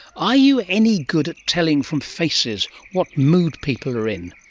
are you any good at telling from faces what mood people are in?